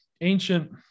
ancient